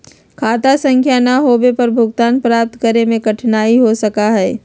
खाता संख्या ना होवे पर भुगतान प्राप्त करे में कठिनाई हो सका हई